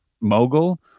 mogul